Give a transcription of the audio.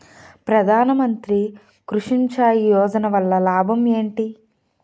ప్రధాన మంత్రి కృషి సించాయి యోజన వల్ల లాభం ఏంటి?